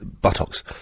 buttocks